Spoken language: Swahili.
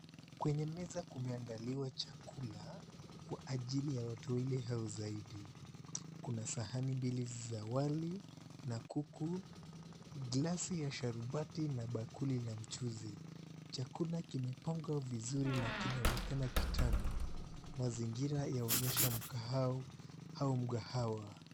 Kwenye meza kumeandaliwa chakula kwa ajili ya watu wawili au zaidi. Kuna sahani mbili za wali na kuku, glasi ya sharubati na bakuli la mchuuzi. Chakula kimepangwa vizuri na kina onekana kitamu. Mazingira ya onyesha mkahau au mkahawa.